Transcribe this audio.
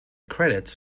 credits